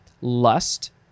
lust